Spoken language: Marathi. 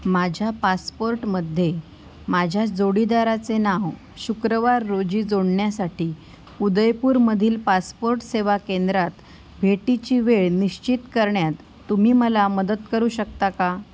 माझ्या पासपोर्टमध्ये माझ्या जोडीदाराचे नाव शुक्रवार रोजी जोडण्यासाठी उदयपूरमधील पासपोर्ट सेवा केंद्रात भेटीची वेळ निश्चित करण्यात तुम्ही मला मदत करू शकता का